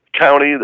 county